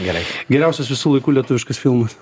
gerai geriausias visų laikų lietuviškas filmas